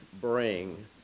bring